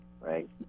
right